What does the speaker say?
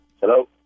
Hello